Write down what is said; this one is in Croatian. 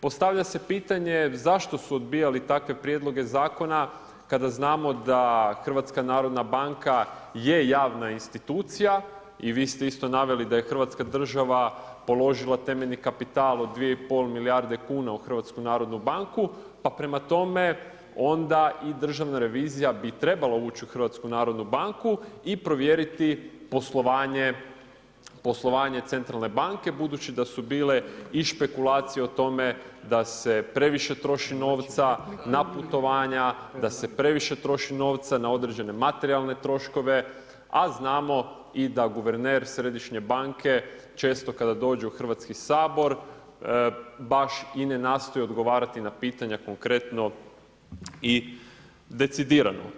Postavlja se pitanje, zašto su odbijali takve prijedloge zakona, kada znamo da HNB je javna institucija i vi ste isto naveli da je Hrvatska država položila temeljni kapital od 2,5 milijarde kuna u HNB, pa prema tome, onda i državna revizija bi trebala ući u HNB i provjeriti poslovanje Centralne banke, budući da su bile i špekulacije o tome da se previše troši novca, na putovanja, da se previše novca na određene materijalne troškove, a znamo i da guverner Središnje banke, često kada dođe u Hrvatski sabor, baš i ne nastoji odgovarati na pitanja konkretno i decidirano.